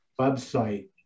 website